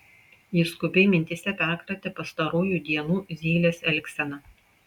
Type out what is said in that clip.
jis skubiai mintyse perkratė pastarųjų dienų zylės elgseną